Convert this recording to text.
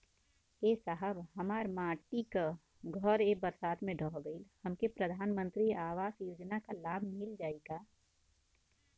ए साहब हमार माटी क घर ए बरसात मे ढह गईल हमके प्रधानमंत्री आवास योजना क लाभ मिल जाई का?